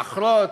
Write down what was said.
לחרוט,